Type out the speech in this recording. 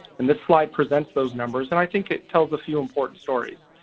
and this slide presents those numbers. and i think it tells a few important stories.